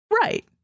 Right